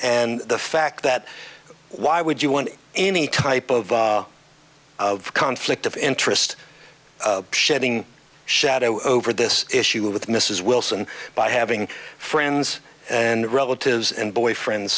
and the fact that why would you want any type of of conflict of interest shedding shadow over this issue with mrs wilson by having friends and relatives and boyfriends